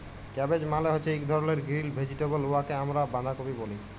cabbage মালে হছে ইক ধরলের গিরিল ভেজিটেবল উয়াকে আমরা বাঁধাকফি ব্যলি